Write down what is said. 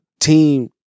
team